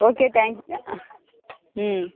okay thank ம்